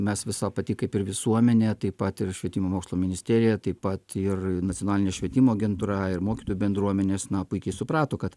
mes visa pati kaip ir visuomenė taip pat ir švietimo mokslo ministerija taip pat ir nacionalinė švietimo agentūra ir mokytojų bendruomenės na puikiai suprato kad